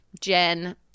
Jen